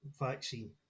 vaccine